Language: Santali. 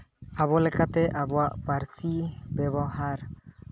ᱟᱵᱚ ᱞᱮᱠᱟᱛᱮ ᱟᱵᱚᱣᱟᱜ ᱯᱟᱹᱨᱥᱤ ᱵᱮᱵᱚᱦᱟᱨ